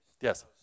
Yes